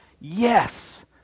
yes